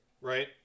Right